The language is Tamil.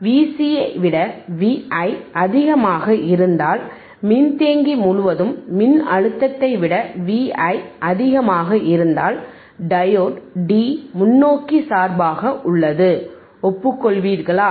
Vc ஐ விட Vi அதிகமாக இருந்தால் மின்தேக்கி முழுவதும் மின்னழுத்தத்தை விட Vi அதிகமாக இருந்தால் டையோடு Dமுன்னோக்கி சார்பாக உள்ளது ஒப்புக்கொள்கிறீர்களா